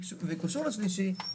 שהוא קשור לשלישי,